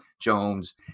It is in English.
Jones